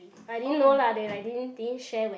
I didn't know lah they like didn't didn't share when